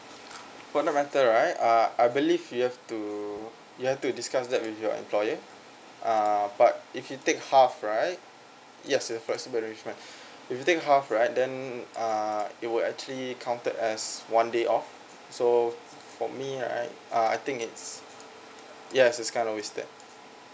for that matter right uh I believe you have to you have to discuss that with your employer uh but if you take half right yes personal arrangement if you take half right then uh it will actually counted as one day off so for me right uh I think it's yes it's kind of wasted